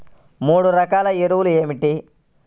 మూడు రకాల ఎరువులు ఏమిటి?